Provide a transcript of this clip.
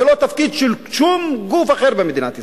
זה לא תפקיד של שום גוף אחר במדינת ישראל.